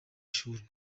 ishuli